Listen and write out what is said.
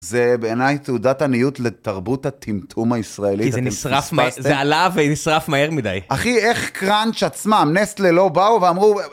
זה בעיניי תעודת עניות לתרבות הטמטום הישראלית. כי זה נשרף, זה עלה ונשרף מהר מדי. אחי, איך קראנץ' עצמם, נסטלה לא באו ואמרו...